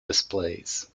displays